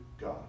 God